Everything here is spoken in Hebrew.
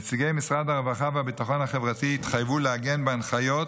נציגי משרד הרווחה והביטחון החברתי התחייבו לעגן בהנחיות